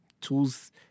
tools